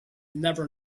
never